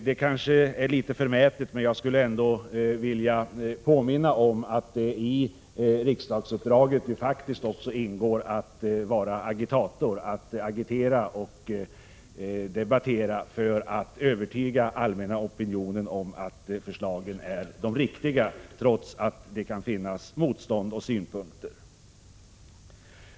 Det kanske är litet förmätet, men jag skulle ändå vilja påminna om att det i riksdagsuppdraget faktiskt också ingår att vara agitator, att agitera och debattera för att övertyga allmänna opinionen om att förslagen är de riktiga, trots att det kan finnas motstånd och synpunkter.